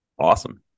Awesome